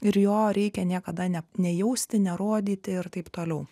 ir jo reikia niekada ne nejausti nerodyti ir taip toliau